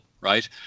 right